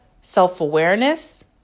self-awareness